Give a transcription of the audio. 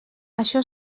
això